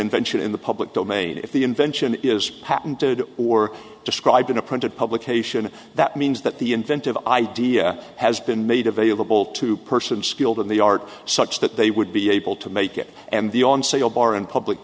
invention in the public domain if the invention is patented or described in a printed publication that means that the inventive idea has been made available to person skilled in the art such that they would be able to make it and the on sale bar in public